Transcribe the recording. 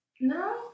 No